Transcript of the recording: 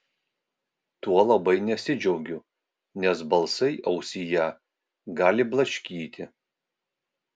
tuo labai nesidžiaugiu nes balsai ausyje gali blaškyti